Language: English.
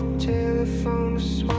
to